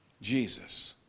Jesus